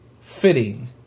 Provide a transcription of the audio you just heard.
fitting